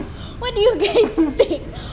what do you guys think